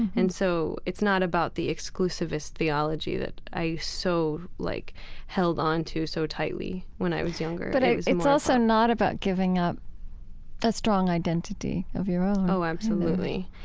and so it's not about the exclusivist theology that i so like held on to so tightly when i was younger but it's also not about giving up a strong identity of your own oh, absolutely.